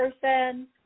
person